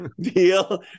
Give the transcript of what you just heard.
Deal